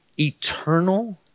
Eternal